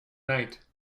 night